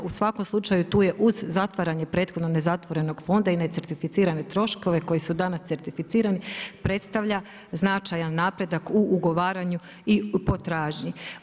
U svakom slučaju, tu je uz zatvaranje prethodno nezatvorenog fonda i necertificirane troškove koji su danas certificirani, predstavlja značajan napredak u ugovaranju i potražnji.